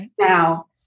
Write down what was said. Now